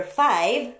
five